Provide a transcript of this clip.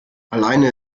alleine